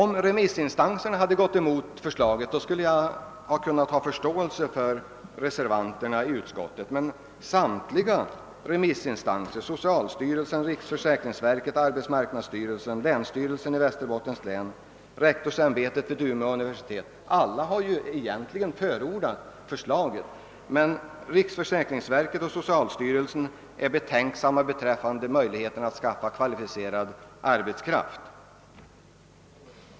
Om remissinstanserna hade gått emot förslaget, skulle jag ha kunnat förstå reservanterna i utskottet, men samtliga remissinstanser — socialstyrelsen, riksförsäkringsverket, arbetsmarknadsstyrelsen, länsstyrelsen i Västerbottens län, rektorsämbetet vid Umeå universitet — har tillstyrkt förslaget. Riksförsäkringsverket och socialstyrelsen är dock betänksamma beträffande möjligheterna att skaffa kvalificerad arbetskraft.